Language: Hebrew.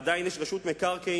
עדיין יש רשות מקרקעין,